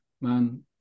man